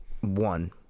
One